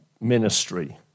ministry